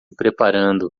preparando